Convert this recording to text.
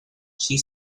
she